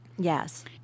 Yes